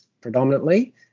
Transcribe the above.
predominantly